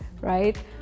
right